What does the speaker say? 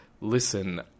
listen